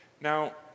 Now